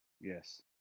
Yes